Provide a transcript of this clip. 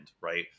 right